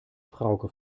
frauke